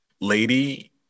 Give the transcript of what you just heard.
lady